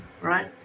right